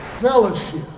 fellowship